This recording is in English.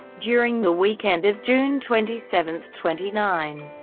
during the weekend of june twenty seven twenty nine,